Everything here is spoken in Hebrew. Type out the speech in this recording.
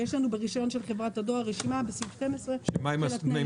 ויש לנו ברישיון של חברת הדואר רשימה בסעיף 12. רצינו